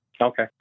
Okay